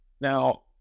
Now